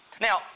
Now